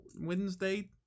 Wednesday